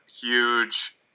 huge